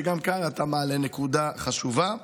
גם כאן אתה מעלה נקודה חשובה.